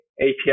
API